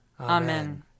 Amen